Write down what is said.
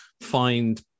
find